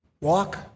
Walk